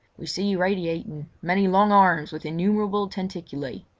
we see radiating many long arms with innumerable tentaculae,